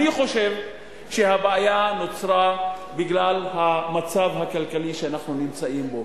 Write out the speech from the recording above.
אני חושב שהבעיה נוצרה בגלל המצב הכלכלי שאנחנו נמצאים בו.